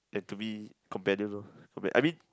and to me compatible loh I mean